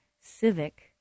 civic